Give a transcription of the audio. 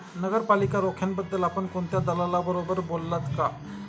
नगरपालिका रोख्यांबद्दल आपण कोणत्या दलालाबरोबर बोललात का?